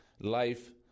life